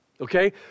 Okay